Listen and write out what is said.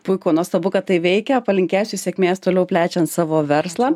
puiku nuostabu kad tai veikia palinkėsiu sėkmės toliau plečiant savo verslą